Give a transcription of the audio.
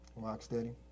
Rocksteady